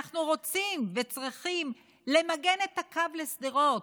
אנחנו רוצים וצריכים למגן את הקו לשדרות,